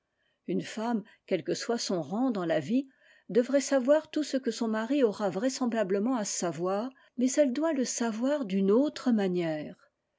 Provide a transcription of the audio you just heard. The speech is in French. une femme quel que soit son rang dans la vie devrait savoir tout ce que son mari aura vraisemblablement à savoir mais elle doit le savoir d'une autre manière